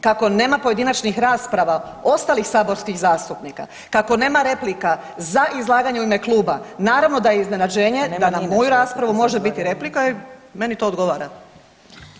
Kako nema pojedinačnih rasprava ostalih saborskih zastupnika, kako nema replika za izlaganje u ime kluba naravno da je iznenađenje da na moju raspravu može biti replika i meni to odgovara.